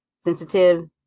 sensitive